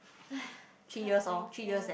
tough times ya